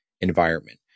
environment